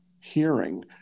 hearing